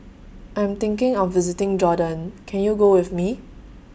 I'm thinking of visiting Jordan Can YOU Go with Me